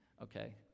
Okay